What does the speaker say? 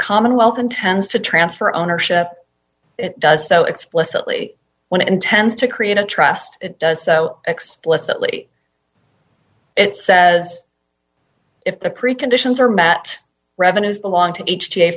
commonwealth intends to transfer ownership it does so explicitly when it intends to create a trust it does so explicitly it says if the preconditions are met revenues belong to each day